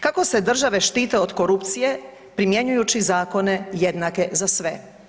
Kako se države štite od korupcije primjenjujući zakone jednake za sve?